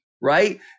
Right